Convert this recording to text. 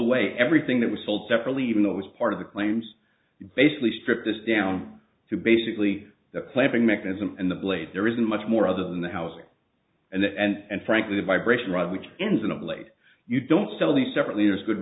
away everything that was sold separately even though it was part of the claims basically stripped this down to basically the planting mechanism and the blade there isn't much more other than the housing and the and frankly the vibration rods which ends in a blade you don't sell the separately there's good